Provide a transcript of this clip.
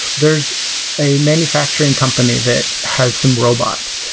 there's a manufacturing company that has some robots,